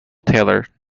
tailor